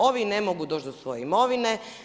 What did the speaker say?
Ovi ne mogu doći do svoje imovine.